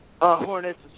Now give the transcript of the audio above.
Hornets